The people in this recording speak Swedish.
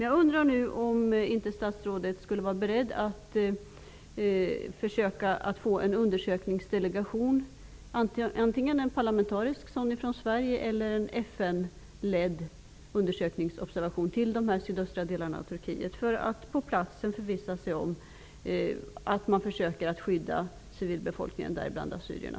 Jag undrar nu om statsrådet är beredd att försöka få till stånd en undersökningsdelegation, antingen en parlamentarisk svensk sådan eller en FN-ledd, som sänds till de sydöstra delarna i Turkiet. På det sättet kan delegationen på plats förvissa sig om att man försöker skydda civilbefolkningen, däribland assyrierna.